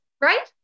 Right